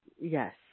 Yes